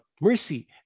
Mercy